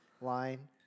line